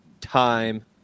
time